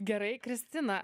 gerai kristina